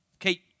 Okay